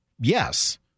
Yes